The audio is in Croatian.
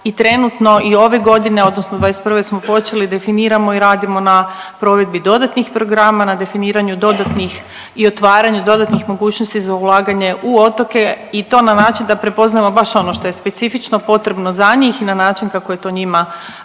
i trenutno i ove godine odnosno '21. smo počeli, definiramo i radimo na provedbi dodatnih programa, na definiranju dodatnih i otvaranju dodatnih mogućnosti za ulaganje u otoke i to na način da prepoznajemo baš ono što je specifično potrebno za njih na način kako je to njima